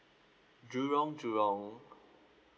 jurong jurong